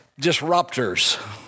disruptors